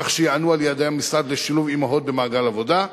כך שיענו על יעדי המשרד לשילוב אמהות במעגל עבודה,